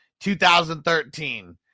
2013